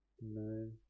No